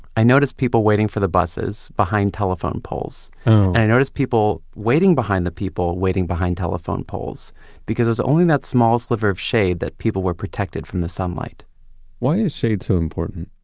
i noticed people waiting for the buses behind telephone poles, and i noticed people waiting behind the people waiting behind telephone poles because there was only that small sliver of shade that people were protected from the sunlight why is shade so important?